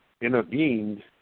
intervened